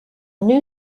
new